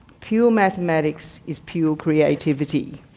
pure mathematics is pure creativity.